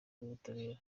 rw’ubutabera